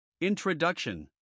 Introduction